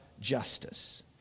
justice